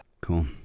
Cool